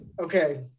okay